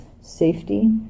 safety